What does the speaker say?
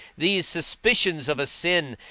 these suspicions of a sin,